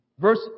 Verse